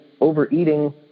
overeating